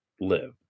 live